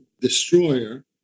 destroyer